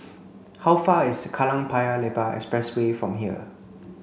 how far is Kallang Paya Lebar Expressway from here